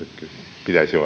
pitäisi